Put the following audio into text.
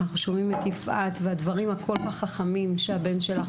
אנחנו שומעים את יפעת והדברים הכול כך חכמים שהבן שלך